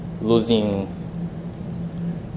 losing